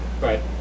Right